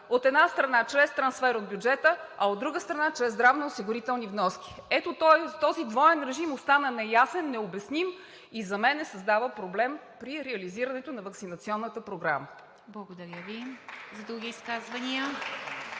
От една страна, чрез трансфер от бюджета, а от друга страна, чрез здравноосигурителни вноски? Ето този двоен режим остана неясен, необясним и за мен създава проблем при реализирането на ваксинационната програма. ПРЕДСЕДАТЕЛ ИВА МИТЕВА: Благодаря Ви. За други изказвания?